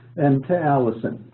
and to allison,